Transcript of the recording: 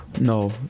No